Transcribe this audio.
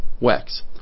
wax